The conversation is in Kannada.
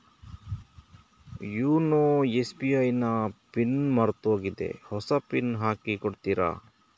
ಯೂನೊ ಎಸ್.ಬಿ.ಐ ನ ಪಿನ್ ಮರ್ತೋಗಿದೆ ಹೊಸ ಪಿನ್ ಹಾಕಿ ಕೊಡ್ತೀರಾ?